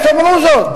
אז תאמרו זאת,